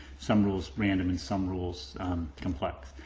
some rules random, and some rules complex.